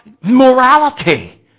Morality